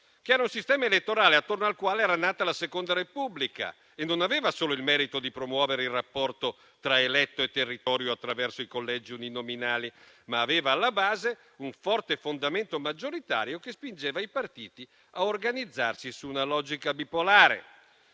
che era un sistema elettorale attorno al quale era nata la Seconda Repubblica, e non aveva solo il merito di promuovere il rapporto tra eletto e territorio attraverso i collegi uninominali, ma aveva anche alla base un forte fondamento maggioritario che spingeva i partiti a organizzarsi su una logica bipolare.